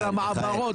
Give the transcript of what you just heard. של המעברות,